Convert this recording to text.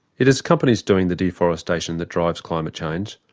it is companies doing the deforestation that drives climate change,